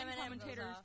commentators